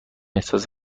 احساس